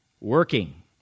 working